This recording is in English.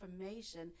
information